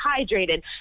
hydrated